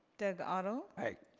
doug otto? aye.